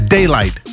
Daylight